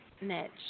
niche